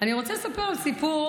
אני רוצה לספר סיפור,